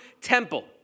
temple